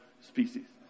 species